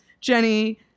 Jenny